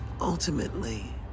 ultimately